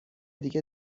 دیگه